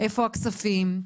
איפה הכספים,